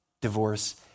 Divorce